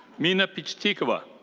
mina pichtikova.